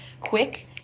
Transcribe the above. quick